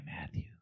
Matthew